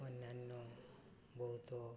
ଅନ୍ୟାନ୍ୟ ବହୁତ